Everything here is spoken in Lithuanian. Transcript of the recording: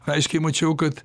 aiškiai mačiau kad